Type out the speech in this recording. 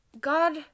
God